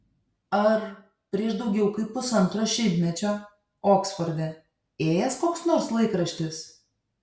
ar prieš daugiau kaip pusantro šimtmečio oksforde ėjęs koks nors laikraštis